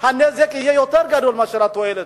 שהנזק של הסיפור הזה יהיה יותר גדול מהתועלת.